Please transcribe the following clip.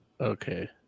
Okay